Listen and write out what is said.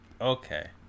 Okay